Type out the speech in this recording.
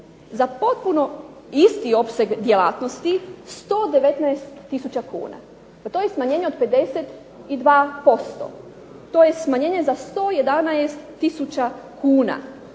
za potpuno isti opseg djelatnosti 119 tisuća kuna. Pa to je smanjenje od 52%, to je smanjenje za 111 tisuća kuna.